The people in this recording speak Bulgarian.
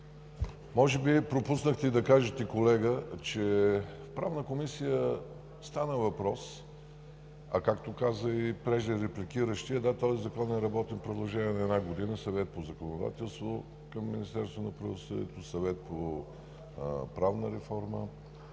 може би пропуснахте да кажете, че в Правната комисия стана въпрос, а както каза и репликиращият преди мен, да, този закон е работен в продължение на една година в Съвета по законодателство към Министерството на правосъдието, в Съвета по правна реформа